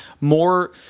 more